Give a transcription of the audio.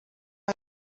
آیا